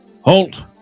halt